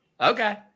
Okay